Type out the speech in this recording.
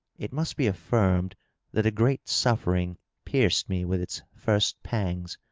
it must be affirmed that a great suffering jierced me with its first pangs.